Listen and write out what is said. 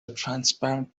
transparent